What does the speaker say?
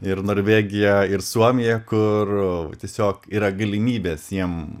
ir norvegiją ir suomiją kur tiesiog yra galimybės jiem